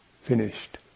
finished